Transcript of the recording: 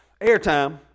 airtime